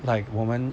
like 我们